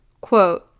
Quote